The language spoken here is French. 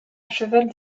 cheval